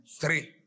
Three